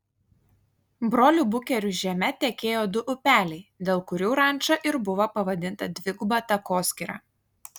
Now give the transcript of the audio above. brolių bukerių žeme tekėjo du upeliai dėl kurių ranča ir buvo pavadinta dviguba takoskyra